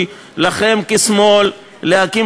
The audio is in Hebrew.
פוגעים